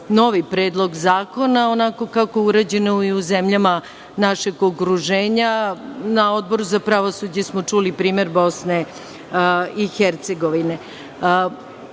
novi predlog zakona, onako kako je urađeno i u zemljama našeg okruženja. Na Odboru za pravosuđe smo čuli primer Bosne i Hercegovine. Ovaj